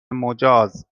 مجاز